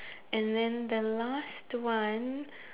and then the last one